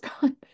gone